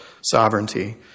sovereignty